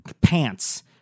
pants